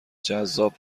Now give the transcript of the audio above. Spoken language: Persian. جذاب